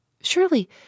Surely